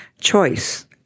choice